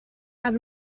have